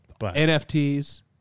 NFTs